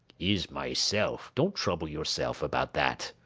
is myself don't trouble yourself about that.